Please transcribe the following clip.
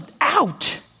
out